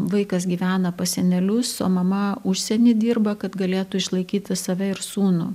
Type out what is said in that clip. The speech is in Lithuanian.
vaikas gyvena pas senelius o mama užsieny dirba kad galėtų išlaikyti save ir sūnų